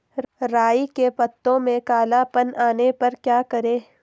राई के पत्तों में काला पन आने पर क्या करें?